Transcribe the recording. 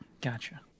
Gotcha